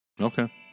Okay